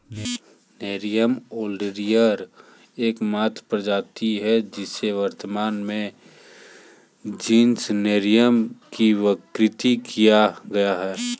nerium oleander एकमात्र प्रजाति है जिसे वर्तमान में जीनस नेरियम में वर्गीकृत किया गया है